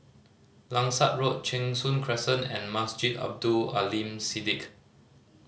Langsat Road Cheng Soon Crescent and Masjid Abdul Aleem Siddique